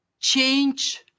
change